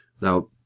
Now